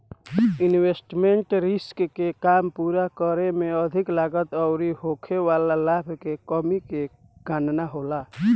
investment risk के काम पूरा करे में अधिक लागत अउरी होखे वाला लाभ के कमी के गणना होला